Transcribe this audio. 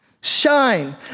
shine